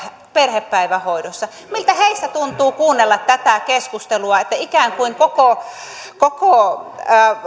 perhepäivähoidossa miltä heistä tuntuu kuunnella tätä keskustelua että ikään kuin koko koko